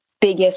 biggest